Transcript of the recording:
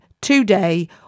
today